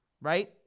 Right